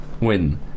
win